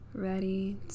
Ready